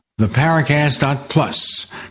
theparacast.plus